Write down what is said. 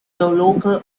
local